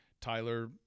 Tyler